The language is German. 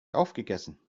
aufgegessen